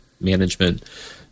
management